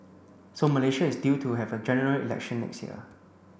so Malaysia is due to have a General Election next year